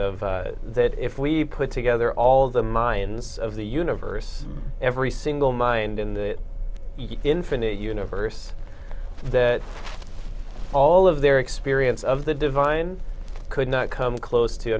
of that if we put together all the minds of the universe every single mind in the infinite universe that all of their experience of the divine could not come close to